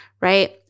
right